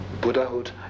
Buddhahood